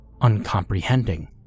uncomprehending